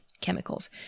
chemicals